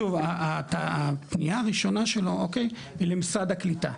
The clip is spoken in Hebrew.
שוב, הפנייה הראשונה שלו היא למשרד הקליטה.